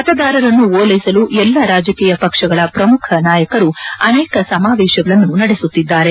ಮತದಾರರನ್ನು ಓಲೈಸಲು ಎಲ್ಲಾ ರಾಜಕೀಯ ಪಕ್ಷಗಳ ಪ್ರಮುಖ ನಾಯಕರು ಅನೇಕ ಸಮಾವೇಶಗಳನ್ನು ನಡೆಸುತ್ತಿದ್ದಾರೆ